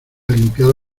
limpiado